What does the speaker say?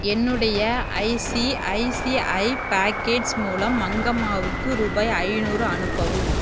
என்னுடைய ICICI pockets மூலம் மங்கம்மாவுக்கு ரூபாய் ஐந்நூறு அனுப்பவும்